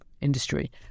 industry